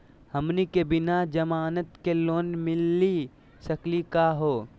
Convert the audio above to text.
हमनी के बिना जमानत के लोन मिली सकली क हो?